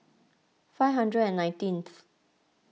five hundred and nineteenth